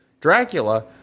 Dracula